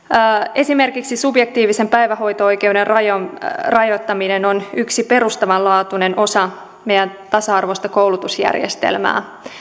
esimerkiksi subjektiivisen päivähoito oikeuden rajoittaminen on yksi perustavanlaatuinen osa meidän tasa arvoista koulutusjärjestelmää